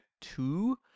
two